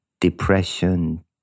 depression